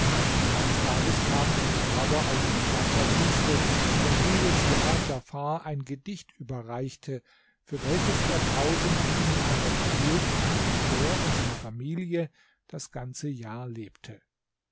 eines tages kam ein araber aus entfernter wüste der jedes jahr djafar ein gedicht überreichte für welches er tausend dinare erhielt womit er und seine familie das ganze jahr lebte